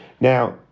Now